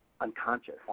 unconscious